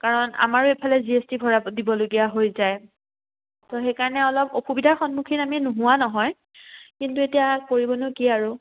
কাৰণ আমাৰো এইফালে জি এছ টি ভৰাই দিবলগীয়া হৈ যায় তো সেইকাৰণে অলপ অসুবিধাৰ সন্মুখীন আমি নোহোৱা নহয় কিন্তু এতিয়া কৰিবনো কি আৰু